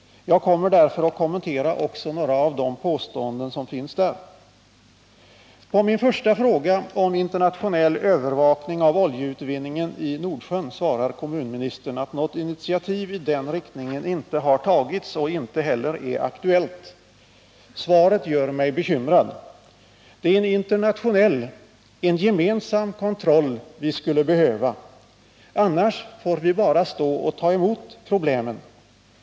Jag kommer därför att kommentera också några av de påståenden som finns där. På min första fråga, om internationell övervakning av oljeutvinningen i Nordsjön, svarar kommunministern att något initiativ i den riktningen inte har tagits och inte heller är aktuellt. Svaret gör mig bekymrad. Det är en internationell, en gemensam kontroll vi skulle behöva. Annars får vi bara stå och ta emot problemen.